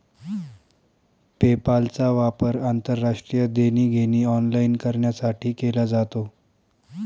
पेपालचा वापर आंतरराष्ट्रीय देणी घेणी ऑनलाइन करण्यासाठी केला जातो